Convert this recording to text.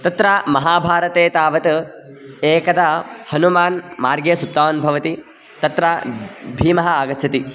तत्र महाभारते तावत् एकदा हनुमान् मार्गे सुप्तावन् भवति तत्र भीमः आगच्छति